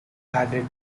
added